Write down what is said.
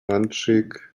munchique